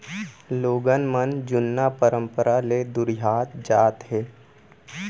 लोगन मन जुन्ना परंपरा ले दुरिहात जात हें